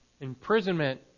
Imprisonment